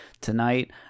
Tonight